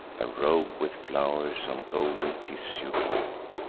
a robe with flow'rs on golden tissue wrought,